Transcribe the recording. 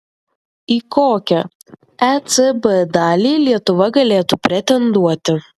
į kokią ecb dalį lietuva galėtų pretenduoti